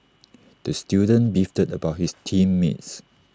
the student beefed about his team mates